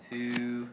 two